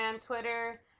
Twitter